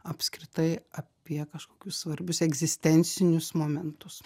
apskritai apie kažkokius svarbius egzistencinius momentus